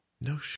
No